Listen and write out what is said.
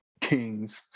kings